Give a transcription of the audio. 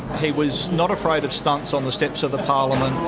he was not afraid of stunts on the steps of the parliament,